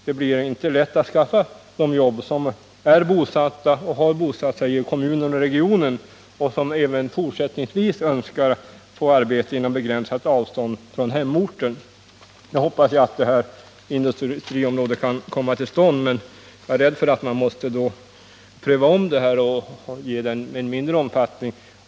Det blir inte lätt att skaffa jobb för dem som har bosatt sig i kommunen och regionen och som även fortsättningsvis önskar få arbete inom begränsat avstånd från hemorten. Jag hoppas ju att industriområdet kan komma till stånd, men jag är rädd för att man måste ompröva projektet och ge det en mindre omfattning.